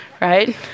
right